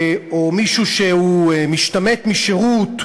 או מישהו שהוא משתמט משירות,